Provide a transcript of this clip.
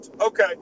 Okay